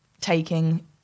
taking